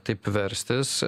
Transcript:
taip verstis